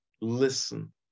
listen